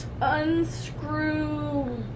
unscrew